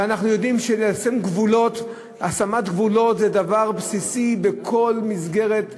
ואנחנו יודעים שהשמת גבולות זה דבר בסיסי בכל מסגרת שלטונית,